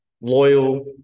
loyal